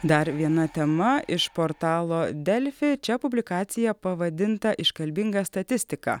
dar viena tema iš portalo delfi čia publikacija pavadinta iškalbinga statistika